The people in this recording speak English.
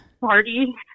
party